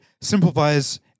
simplifies